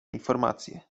informację